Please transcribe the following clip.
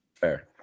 Fair